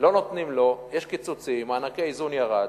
לא נותנים לו, יש קיצוצים, מענקי האיזון, ירד,